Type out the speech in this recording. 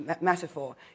metaphor